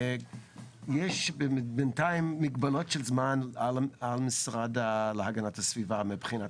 יש הגבלות של זמן על משרד להגנת הסביבה מבחינת